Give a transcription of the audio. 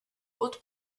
haute